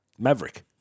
Maverick